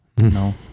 no